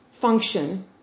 function